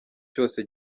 cyose